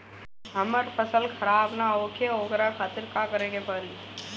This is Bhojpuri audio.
हमर फसल खराब न होखे ओकरा खातिर का करे के परी?